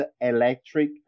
electric